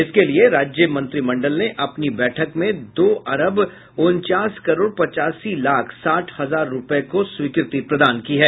इसके लिये राज्य मंत्रिमंडल ने अपनी बैठक में दो अरब उनचास करोड़ पचासी लाख साठ हजार रूपये को स्वीकृति प्रदान की है